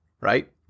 right